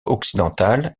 occidentale